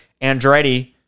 Andretti